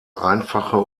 einfache